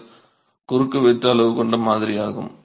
5 cm குறுக்குவெட்டு அளவு கொண்ட மாதிரியாகும்